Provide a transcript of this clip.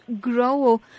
grow